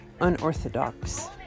unorthodox